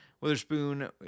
Witherspoon